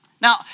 Now